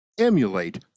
emulate